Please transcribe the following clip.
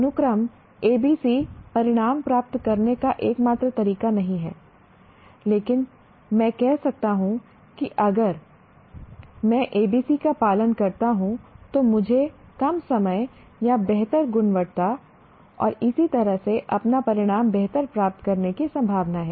अनुक्रम ABC परिणाम प्राप्त करने का एकमात्र तरीका नहीं है लेकिन मैं कह सकता हूं कि अगर मैं ABC का पालन करता हूं तो मुझे कम समय या बेहतर गुणवत्ता और इसी तरह से अपना परिणाम बेहतर प्राप्त करने की संभावना है